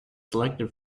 selected